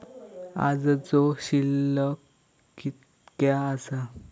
आजचो शिल्लक कीतक्या आसा?